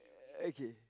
okay